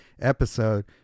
episode